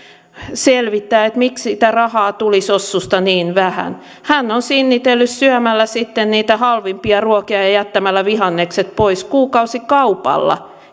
selvittää miksi sitä rahaa tuli sossusta niin vähän hän on sinnitellyt syömällä sitten niitä halvimpia ruokia ja ja jättämällä vihannekset pois kuukausikaupalla